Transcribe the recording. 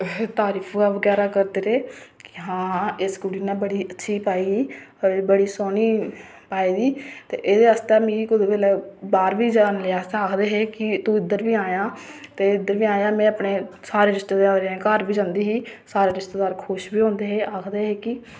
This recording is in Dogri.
तारीफां बगैरा करदे रेह् हां इस कुड़ी नै बड़ी अच्छी पाई होर बड़ी सोह्नी पाई दी ते एह्दे आस्तै मिगी कुसै बेल्लै बाहर् बी जाने आस्तै आखदे हे कि तू इद्धर बी आयां ते तू इद्धर बी आयां ते में अपने सारे रिश्तेदारें दे घर बी जंदी ही सारे रिश्तेदार खुश बी होंदे हे ते आखदे हे कि